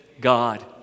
God